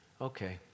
okay